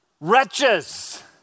wretches